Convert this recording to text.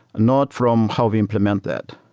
not from how we implement that.